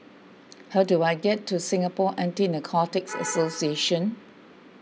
how do I get to Singapore Anti Narcotics Association